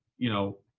you know,